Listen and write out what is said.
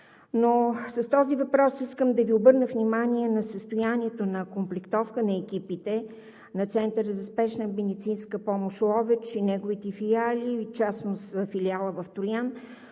Но с този въпрос искам да Ви обърна внимание на състоянието на окомплектовка на екипите на Центъра за спешна медицинска помощ – Ловеч, и неговите филиали, в частност филиала в Троян.